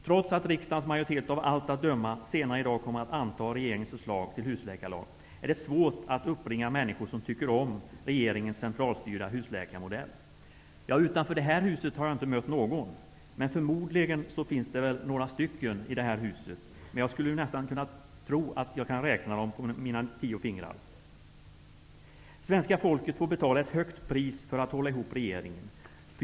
Trots att riksdagens majoritet av allt att döma senare i dag kommer att anta regeringens förslag till husläkarlag, är det svårt att uppbringa människor som tycker om regeringens centralstyrda husläkarmodell. Ja, utanför det här huset har jag inte mött någon. Förmodligen finns det några här i riksdagen, men jag skulle tro att jag kan räkna dem på mina tio fingrar. Svenska folket får betala ett högt pris för att hålla ihop regeringen.